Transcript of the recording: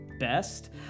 best